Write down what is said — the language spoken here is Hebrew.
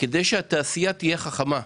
כדי שהתעשייה תהיה חכמה.